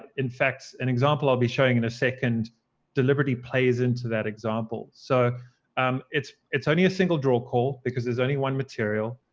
in fact, an example i'll be showing in a second deliberately plays into that example. so um it's it's only a single draw call because there's only one material.